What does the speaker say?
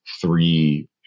three